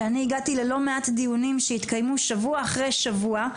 שאני הגעתי ללא מעט דיונים שהתקיימו שבוע אחרי שבוע.